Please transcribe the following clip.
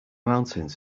mountains